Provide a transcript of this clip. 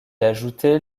ajoutait